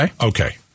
Okay